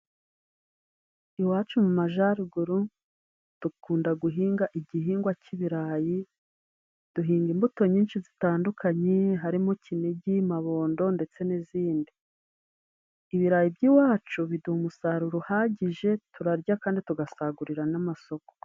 Iwacu mu majaruguru dukunda guhinga igihingwa cy'ibirayi duhinga imbuto nyinshi zitandukanye harimo: kinigi, mabondo ndetse n'izindi ,ibirayi by'iwacu biduha umusaruro uhagije turarya kandi tugasagurira n'amasoko.